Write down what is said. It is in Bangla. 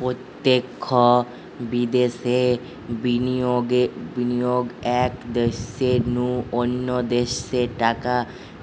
প্রত্যক্ষ বিদ্যাশে বিনিয়োগ এক দ্যাশের নু অন্য দ্যাশে টাকা